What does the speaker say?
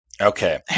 Okay